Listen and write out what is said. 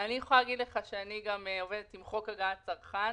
אני יכולה לומר לך שאני עובדת גם עם חוק הגנת הצרכן